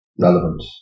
relevant